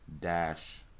Dash